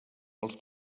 els